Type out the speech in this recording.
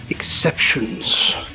exceptions